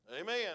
Amen